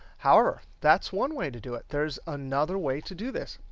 however, that's one way to do it. there's another way to do this.